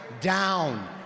down